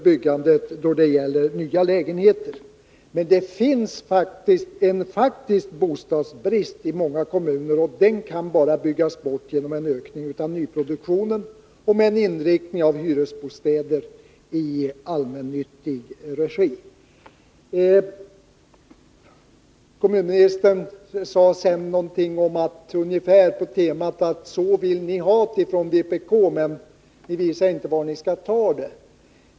I många kommuner finns det emellertid en faktisk bostadsbrist, och den kan byggas bort bara på så sätt att man ökar nyproduktionen, varvid inriktningen måste vara hyresbostäder i allmännyttig regi. Kommunministern sade sedan någonting om att vpk vill ha det på ett visst sätt, men visar inte var resurserna skall tas.